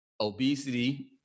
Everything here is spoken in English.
obesity